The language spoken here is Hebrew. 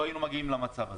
לא היינו מגיעים למצב הזה.